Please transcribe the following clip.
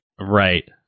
Right